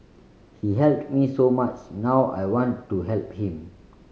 he helped me so much now I want to help him